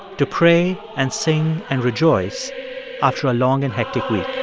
to pray and sing and rejoice after a long and hectic week